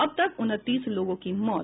अब तक उनतीस लोगों की मौत